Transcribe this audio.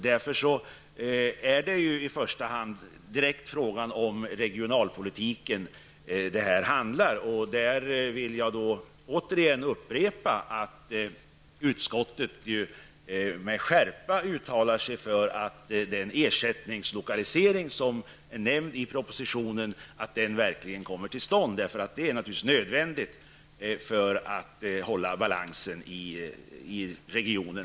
Därför handlar det i första hand om regionalpolitik, och jag vill återigen upprepa att utskottet med skärpa uttalar sig för att den ersättningslokalisering som nämns i propositionen verkligen kommer till stånd. Det är naturligtvis nödvändigt för att man skall kunna upprätthålla balansen i regionen.